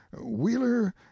wheeler